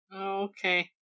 Okay